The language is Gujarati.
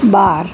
બાર